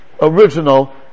original